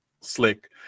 slick